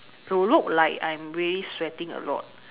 to look like I'm really sweating a lot